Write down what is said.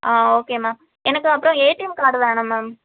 ஆ okay ma'am எனக்கு அப்பறம் ATM card வேணும் மேம்